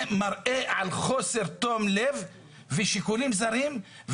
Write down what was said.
כי רציתי להסדיר את כל הסוגיות שלא הוסדרו